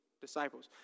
disciples